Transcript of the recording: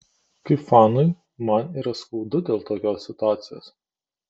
kaip fanui man yra skaudu dėl tokios situacijos